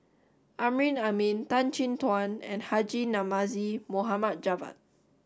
Amrin Amin Tan Chin Tuan and Haji Namazie Mohd Javad